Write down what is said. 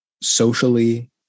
socially